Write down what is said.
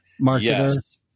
marketer